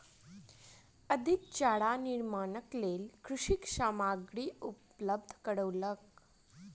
अधिक चारा निर्माणक लेल कृषक सामग्री उपलब्ध करौलक